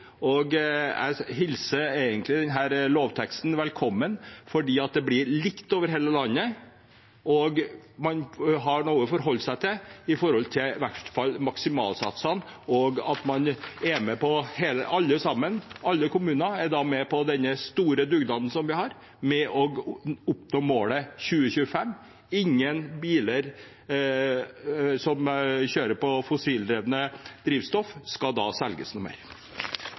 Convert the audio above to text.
elbil. Jeg hilser egentlig denne lovteksten velkommen, fordi det blir likt over hele landet, og man har noe å forholde seg til, i hvert fall med tanke på maksimalsatsene. Da er alle sammen, alle kommuner, med på den store dugnaden vi har for å oppnå målet i 2025: at ingen biler som kjører på fossile drivstoff, da skal selges mer.